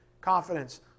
confidence